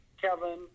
kevin